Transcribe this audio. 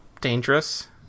dangerous